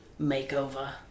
makeover